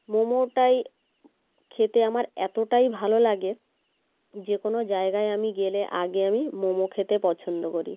মোমোটাই খেতে আমার এতোটাই ভালো লাগে যে কোনো জায়গায় আমি গেলে আগে আমি মোমো খেতে পছন্দ করি